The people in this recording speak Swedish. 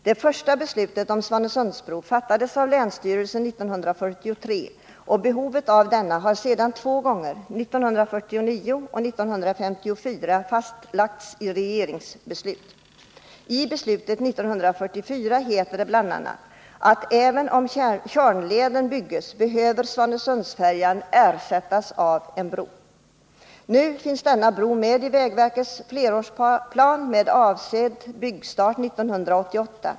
Det första beslutet om en Svanesundsbro fattades av länsstyrelsen 1943, och behovet av en sådan bro har sedan två gånger — 1949 och 1954 — fastlagts i regeringsbeslut. I beslutet 1944 heter det bl.a. att även om Tjörnleden byggs behöver Svanesundsfärjan ersättas av bro. Nu finns denna bro i vägverkets flerårsplan med avsedd byggstart 1988.